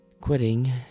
quitting